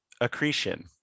accretion